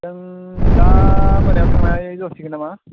जों दा मोनायाव थांनाय जासिगोन नामा